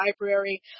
Library